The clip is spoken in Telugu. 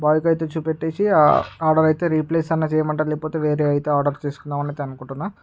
బోయ్కు అయితే చూపెట్టేసి ఆడనైతే రీప్లేస్ అన్నా చేయమంటాను లేకపోతే వేరే అయితే ఆర్డరు చేసుకుందాం అని అనుకుంటున్నా